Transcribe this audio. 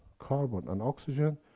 carbon and oxygen,